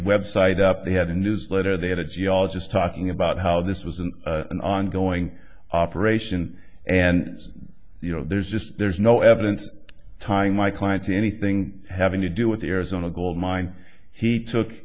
website up they had a newsletter they had a geologist talking about how this was an ongoing operation and you know there's just there's no evidence tying my clients anything having to do with the arizona gold mine he took